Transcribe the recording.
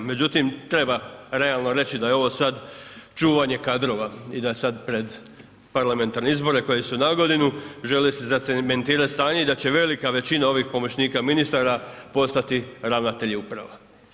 Međutim, treba realno reći da je ovo sad čuvanje kadrova i da sad pred parlamentarne izbore koji su nagodinu, žele si zacementirat stanje i da će velika većina ovih pomoćnika ministara postati ravnatelji uprava.